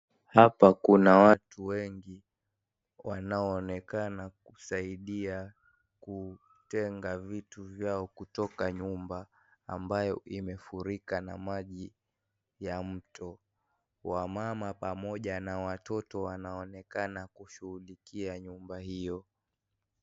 Hapa kuna watu wengi wanaoonekana kusaidia kutenga vitu vyao kutoka nyumba ambayo imefurika na maji ya mto, wamama pamoja na watoto wanaonekana kushughulikia nyumba hiyo.